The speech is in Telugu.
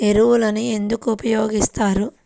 ఎరువులను ఎందుకు ఉపయోగిస్తారు?